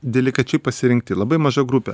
delikačiai pasirinkti labai maža grupė